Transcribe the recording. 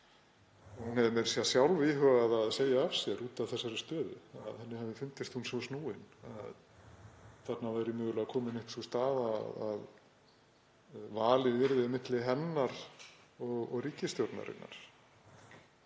Hún hefði meira að segja sjálf íhugað að segja af sér út af þessari stöðu, henni hefði fundist hún svo snúin. Þarna væri mögulega komin upp sú staða að valið yrði á milli hennar og ríkisstjórnarinnar.